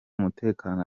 umutekano